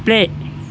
play